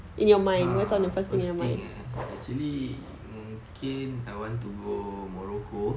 err first thing eh actually mm mungkin I want to go morocco